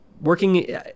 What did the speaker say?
working